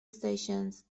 stations